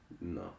no